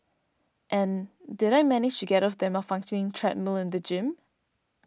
and did I manage to get off the malfunctioning treadmill in the gym